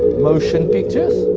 motion pictures